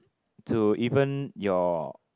to even your